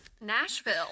Nashville